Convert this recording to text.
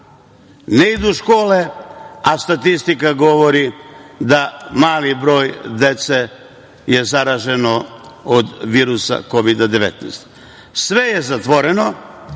Ne idu u škole, a statistika govori da mali broj dece je zaraženo od virusa Kovida 19.Sve je zatvoreno,